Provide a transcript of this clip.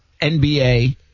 nba